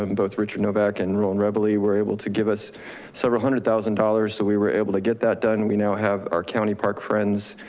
um both richard novak and roland neverly were able to give us several hundred thousand dollars. so we were able to get that done. we now have our county park friends,